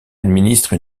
administre